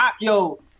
yo